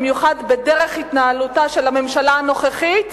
במיוחד בדרך התנהלותה של הממשלה הנוכחית,